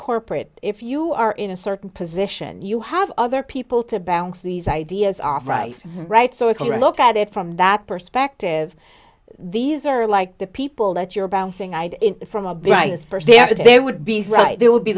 corporate if you are in a certain position you have other people to bounce these ideas off right right so if you look at it from that perspective these are like the people that you're bouncing i'd from a brightest person and they would be right there would be